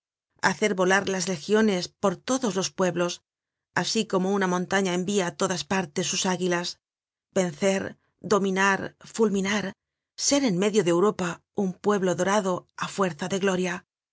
hacer volar las legiones por todos los pueblos asi como una montaña envia á todas partes sus águilas vencer dominar fulminar ser en medio de europa un pueblo dorado á fuerza de gloria